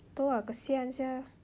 itu lah kesian [sial]